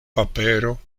papero